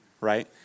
right